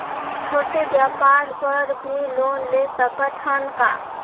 छोटे व्यापार बर भी लोन ले सकत हन का?